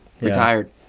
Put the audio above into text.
retired